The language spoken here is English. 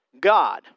God